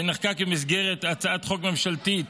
ונחקק במסגרת הצעת חוק ממשלתית